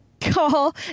call